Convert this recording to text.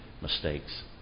mistakes